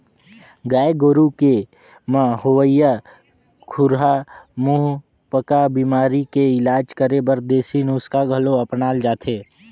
गाय गोरु के म होवइया खुरहा मुहंपका बेमारी के इलाज करे बर देसी नुक्सा घलो अपनाल जाथे